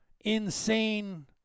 insane